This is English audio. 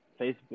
Facebook